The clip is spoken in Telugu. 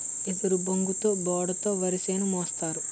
ఎదురుబొంగుతో బోడ తో వరిసేను మోస్తారు